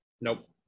Nope